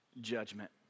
judgment